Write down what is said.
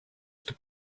что